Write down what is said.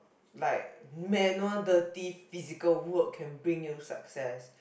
like manual dirty physical work can bring you success